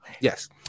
Yes